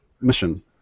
mission